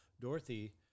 Dorothy